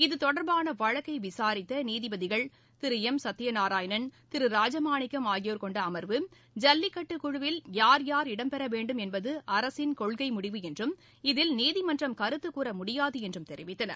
இத்தொடர்பான வழக்கை விசாரித்த நீதிபதிகள் திரு எம் சத்தியநாராணயன் திரு ராஜமாணிக்கம் ஆகியோர் கொண்ட அமர்வு ஜல்லிக்கட்டு குழுவில் யார் யார் இடம்பெற வேண்டும் என்பது அரசின் கொள்கை முடிவு என்றும் இதில் நீதிமன்றம் கருத்து கூற முடியாது என்றும் தெரிவித்தனர்